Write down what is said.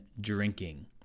drinking